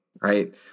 right